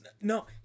No